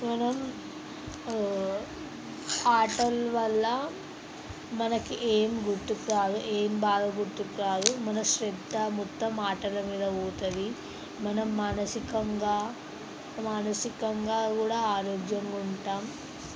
మనం ఆ ఆటలు వల్ల మనకి ఏం గుర్తుకు రాదు ఏం బాధ గుర్తుకు రాదు మన శ్రద్ధ మొత్తం ఆటల మీద పోతుంది మనం మానసికంగా మానసికంగా కూడా ఆరోగ్యంగా ఉంటాం